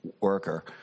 worker